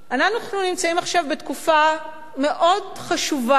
אנחנו נמצאים עכשיו בתקופה מאוד חשובה,